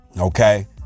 okay